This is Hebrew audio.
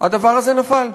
הדבר הזה נפל,